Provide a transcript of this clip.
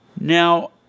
Now